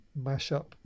mashup